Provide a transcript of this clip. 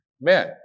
men